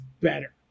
better